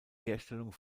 herstellung